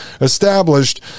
established